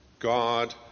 God